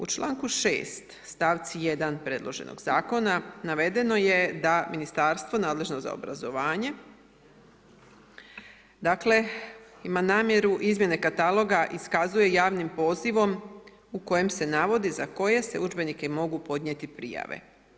U članku 6. stavci 1. predloženog zakona navedeno je da Ministarstvo nadležno za obrazovanje dakle ima namjeru izmjene kataloga iskazuje javnim pozivom u kojem se navodi za koje se udžbenike mogu podnijeti prijave.